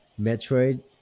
Metroid